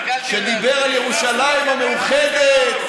שדיבר על ירושלים המאוחדת.